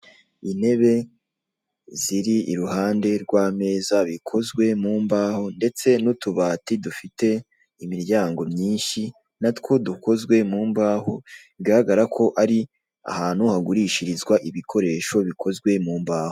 Intebe ziri iruhande rwameza bikozwe mu mbaho ndetse ni utubati dufite imiryango myinshi natwo dukozwe mu mbaho bigaragara ko ari ahantu hagurishirizwa ibikoresho bikoze mu mbaho.